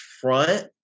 front